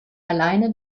alleine